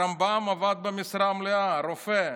הרמב"ם עבד במשרה מלאה, רופא,